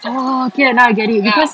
oh okay now I get it because